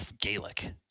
gaelic